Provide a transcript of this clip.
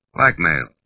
Blackmail